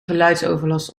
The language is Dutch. geluidsoverlast